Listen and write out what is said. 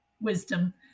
wisdom